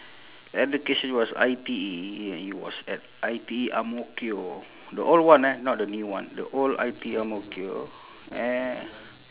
education was I_T_E and it was at I_T_E ang mo kio the old one eh not the new one the old I_T_E ang mo kio and